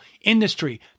industry